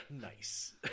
Nice